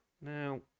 Now